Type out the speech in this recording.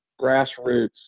Grassroots